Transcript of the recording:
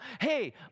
Hey